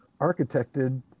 architected